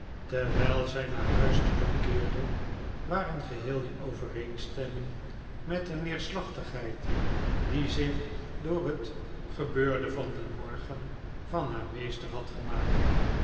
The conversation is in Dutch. terwijl zij naar hiiis terugkeerde waren geheel in overeenstemming met de neerslachtigheid die zich door het gebeurde van dien morgen van haar meester had gemaakt